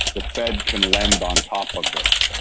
the fed can lend on top of this.